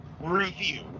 review